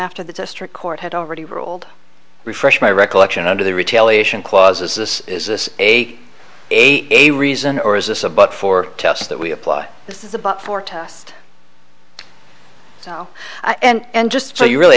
after the district court had already ruled refresh my recollection under the retail ation clauses is this a a a reason or is this a bug for us that we apply this is about four test now and just so you really